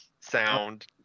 sound